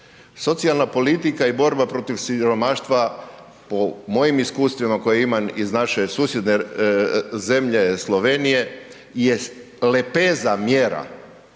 Socijalna politika i borba protiv siromaštva po mojim iskustvima koje imam iz naše susjedne zemlje Slovenije jest lepeza mjera